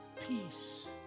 peace